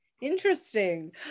interesting